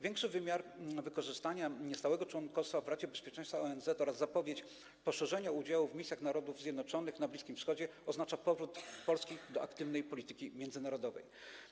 Większy wymiar wykorzystania stałego członkostwa w Radzie Bezpieczeństwa ONZ oraz zapowiedź poszerzenia udziału w misjach Narodów Zjednoczonych na Bliskim Wschodzie oznacza powrót Polski do aktywnej polityki międzynarodowej.